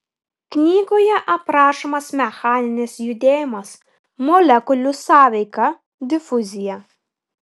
knygoje aprašomas mechaninis judėjimas molekulių sąveika difuzija